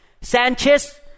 Sanchez